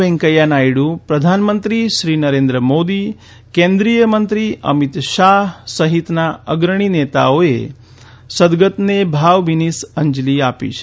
વૈંકયા નાયડુ પ્રધાનમંત્રી શ્રી નરેન્દ્ર મોદી કેન્દ્રીય મંત્રી અમિત શાહ સહિતના અગ્રણી નેતાઓએ સદગતને ભાવભીની અંજલી આપી છે